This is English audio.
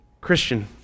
Christian